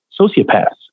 sociopaths